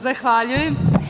Zahvaljujem.